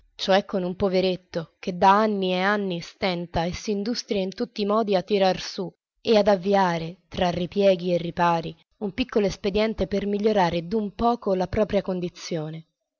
cioè con un poveretto che da anni e anni stenta e s'industria in tutti i modi a tirar su e ad avviare tra ripieghi e ripari un piccolo espediente per migliorare d'un poco la propria condizione